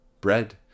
Bread